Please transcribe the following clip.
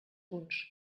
punts